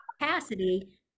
capacity